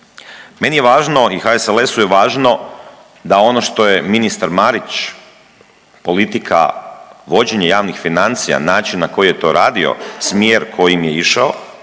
Meni je važno i HSLS-u je važno da ono što je ministar Marić politika vođenja javnih financija, način na koji je to radio, smjer kojim je išao,